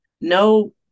no